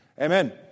Amen